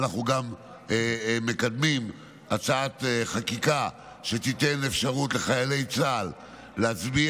אנחנו גם מקדמים הצעת חקיקה שתיתן אפשרות לחיילי צה"ל להצביע,